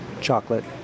chocolate